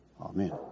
Amen